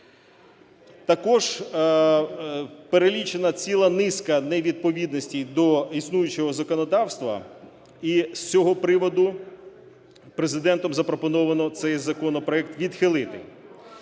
Також перелічена ціла низка невідповідностей до існуючого законодавства. І з цього приводу Президентом запропоновано цей законопроект відхилити.